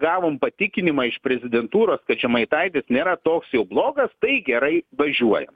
gavom patikinimą iš prezidentūros kad žemaitaitis nėra toks jau blogas tai gerai važiuojam